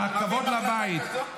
כבוד לבית.